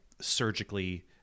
surgically